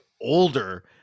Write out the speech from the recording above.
older